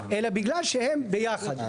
אלא בגלל שהם ביחד,